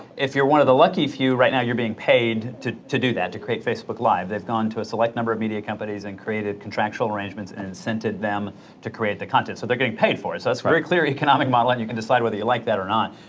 if you're one of the lucky few right now, you're being paid to to do that, to create facebook live, they've gone to a select number of media companies and created contractual arrangements and incented them to create the content, so they're getting paid for it, so that's a very clear economic model, and you can decide whether you like that or not.